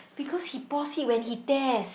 because he paused it when he test